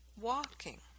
walking